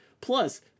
Plus